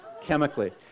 chemically